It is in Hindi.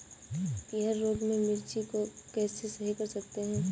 पीहर रोग से मिर्ची को कैसे सही कर सकते हैं?